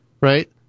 right